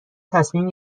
تصمیم